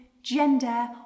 gender